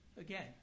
again